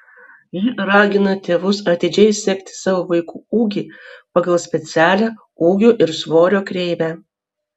ji ragina tėvus atidžiai sekti savo vaikų ūgį pagal specialią ūgio ir svorio kreivę